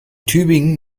tübingen